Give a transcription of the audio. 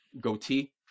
goatee